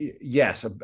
Yes